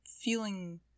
feeling